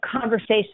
conversation